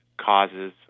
causes